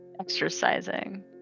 Exercising